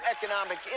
Economic